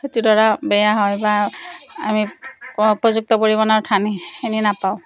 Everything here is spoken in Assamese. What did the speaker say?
খেতিডৰা বেয়া হয় বা আমি উপযুক্ত পৰিমাণৰ ধানখিনি নাপাওঁ